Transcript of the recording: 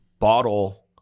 bottle